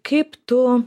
kaip tu